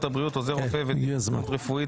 הבריאות עוזר רופא ודימותנות רפואית),